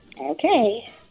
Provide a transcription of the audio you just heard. Okay